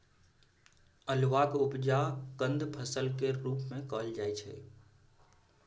अल्हुआक उपजा कंद फसल केर रूप मे कएल जाइ छै